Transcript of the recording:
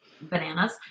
Bananas